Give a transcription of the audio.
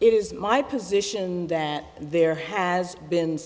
it is my position that there has been